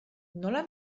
nola